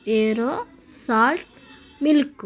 aero salt milk